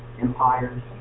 empires